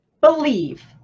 believe